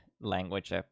language